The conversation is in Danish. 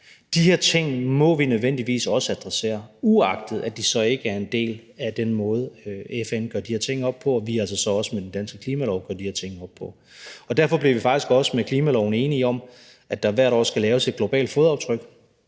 De her ting må vi nødvendigvis også adressere, uagtet at de så ikke er en del af den måde, som FN gør de her ting op på og vi så altså også med den danske klimalov gør de her ting op på. Derfor blev vi faktisk også med klimaloven enige om, at der hvert år skal laves en global